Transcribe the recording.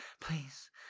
Please